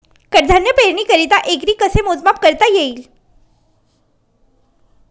कडधान्य पेरणीकरिता एकरी कसे मोजमाप करता येईल?